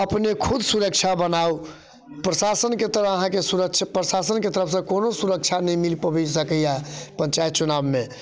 अपने खुद सुरक्षा बनाउ प्रशासनके तरह अहाँकेँ सुरक्षा प्रशासनके तरफसँ कोनो सुरक्षा नहि मिल पाबि सकैया पञ्चायत चुनाओमे